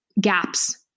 gaps